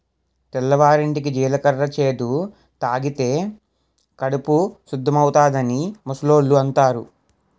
తెల్లవారింటికి జీలకర్ర చేదు తాగితే కడుపు సుద్దవుతాదని ముసలోళ్ళు అంతారు